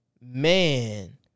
man